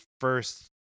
first